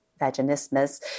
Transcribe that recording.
vaginismus